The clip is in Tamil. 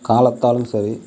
காலத்தாலும் சரி